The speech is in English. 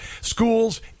schools